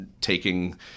taking